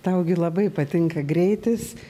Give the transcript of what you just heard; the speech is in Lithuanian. tau gi labai patinka greitis